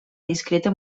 discreta